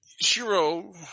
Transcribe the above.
Shiro